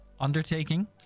undertaking